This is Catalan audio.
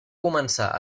començar